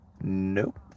Nope